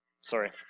Sorry